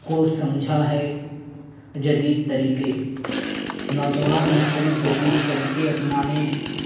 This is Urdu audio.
کو سمجھا ہے جدید طریقے نوجوان مختلف جدید طریقے اپنانے